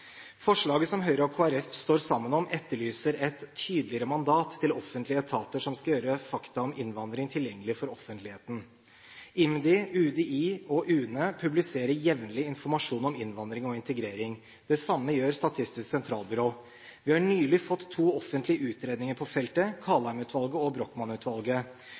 Forslaget som Høyre og Kristelig Folkeparti står sammen om, etterlyser et «tydeligere mandat» til offentlige etater som skal gjøre fakta om innvandring tilgjengelig for offentligheten. IMDi, UDI og UNE publiserer jevnlig informasjon om innvandring og integrering. Det samme gjør Statistisk sentralbyrå. Vi har nylig fått to offentlige utredninger på feltet: Kaldheim-utvalget og